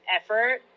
effort